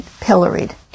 pilloried